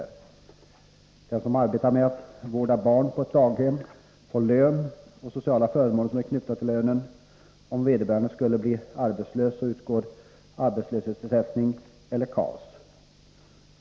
Den som på ett daghem arbetar med att vårda barn får lön och sociala förmåner som är knutna till lönen. Om vederbörande skulle bli arbetslös, utgår arbetslöshetsersättning eller KAS.